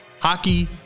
hockey